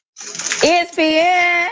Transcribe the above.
ESPN